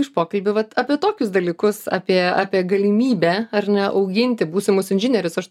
už pokalbių vat apie tokius dalykus apie apie galimybę ar ne auginti būsimus inžinierius aš